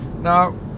Now